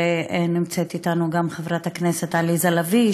נמצאת איתנו גם חברת הכנסת עליזה לביא,